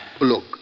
Look